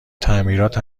تعمیرات